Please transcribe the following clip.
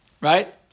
right